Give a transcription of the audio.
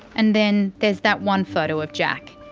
and then. there's that one photo of jack.